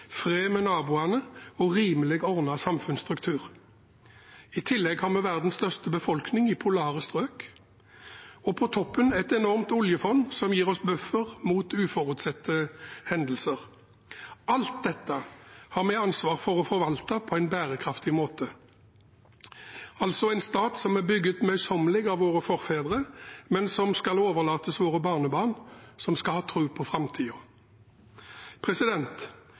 med naboene og en rimelig ordnet samfunnsstruktur. I tillegg har vi verdens største befolkning i polare strøk, og på toppen et enormt oljefond, som gir oss en buffer mot uforutsette hendelser. Alt dette har vi ansvar for å forvalte på en bærekraftig måte – en stat som er bygd møysommelig av våre forfedre, men som skal overlates til våre barnebarn, som skal ha tro på